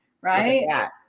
right